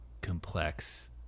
complex